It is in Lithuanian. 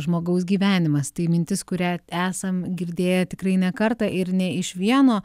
žmogaus gyvenimas tai mintis kurią esam girdėję tikrai ne kartą ir ne iš vieno